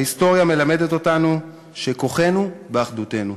ההיסטוריה מלמדת אותנו שכוחנו באחדותנו,